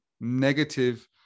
negative